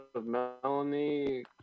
Melanie